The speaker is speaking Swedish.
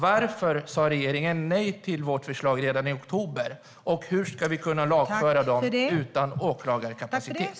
Varför sa regeringen nej till vårt förslag i oktober, och hur ska vi kunna lagföra dem utan åklagarkapacitet?